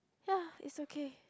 ya it's okay